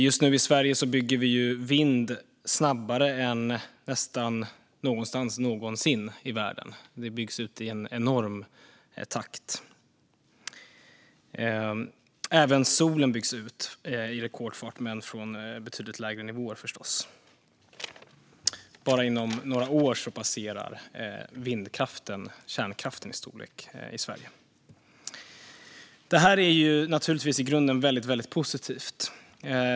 Just nu i Sverige bygger vi vindkraft snabbare än man gör nästan någon annanstans i världen. Den byggs ut i en enorm takt. Även solkraften byggs ut i rekordfart men från betydligt lägre nivåer, förstås. Bara inom några år passerar vindkraften kärnkraften i storlek i Sverige. Detta är naturligtvis i grunden väldigt positivt.